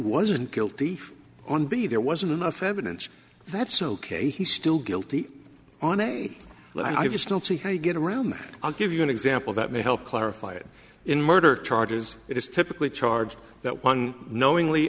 wasn't guilty on be there wasn't enough evidence that's ok he's still guilty on a lie i just don't see how you get around that i'll give you an example that may help clarify it in murder charges it is typically charged that one knowingly